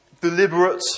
deliberate